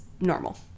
normal